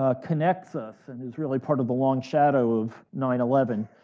ah connects us, and is really part of the long shadow of nine eleven.